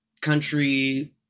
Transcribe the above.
country